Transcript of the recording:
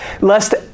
Lest